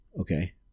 Okay